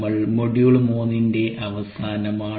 നമ്മൾ മോഡ്യൂൾ 3 ന്റെ അവസാനമാണ്